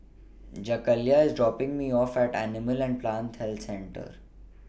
Jakayla IS dropping Me off At Animal and Plant Health Centre